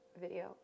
video